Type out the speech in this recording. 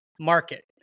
Market